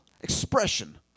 expression